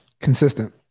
Consistent